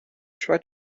tried